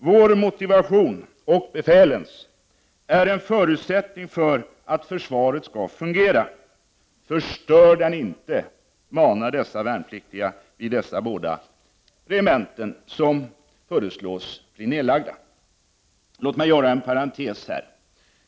Vår motivation är en förutsättning för att försvaret ska fungera. Förstör den inte.” Så manar de värnpliktiga vid två av tre regementen, som nu föreslås bli nedlagda. Låt mig göra en parentes här.